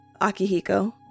Akihiko